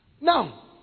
Now